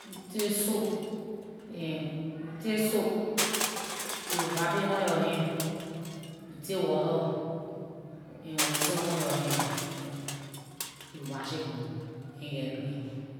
you take soap and you take soap, you wrap it on yor hand. You take water and waste it on yor hand, you wash it good, yor hand geh clean.